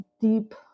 deep